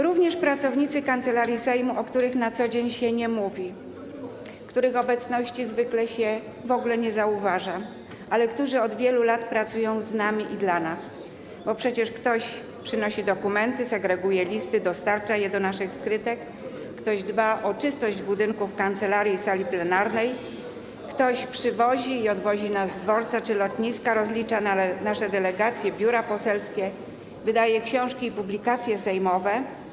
Również pracownicy Kancelarii Sejmu, o których na co dzień się nie mówi, których obecności zwykle się w ogóle nie zauważa, a którzy od wielu lat pracują z nami i dla nas - bo przecież ktoś przynosi dokumenty, segreguje listy, dostarcza je do naszych skrytek, ktoś dba o czystość budynków kancelarii i sali plenarnej, ktoś przywozi nas na dworzec czy lotnisko i nas z nich odwozi, rozlicza nasze delegacje, biura poselskie, wydaje książki i publikacje sejmowe.